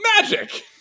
magic